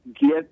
get